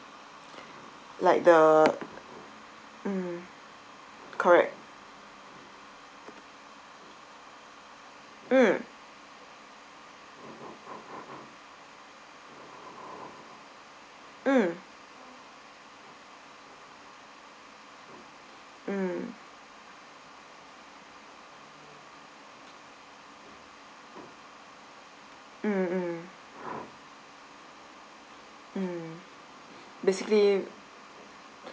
like the mm correct mm mm mm mm mm mm basically